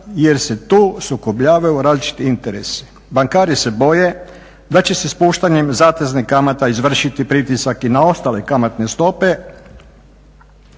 jer se tu sukobljavaju različiti interesi. Bankari se boje da će se spuštanjem zateznih kamata izvršiti pritisak i na ostale kamatne stope